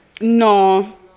no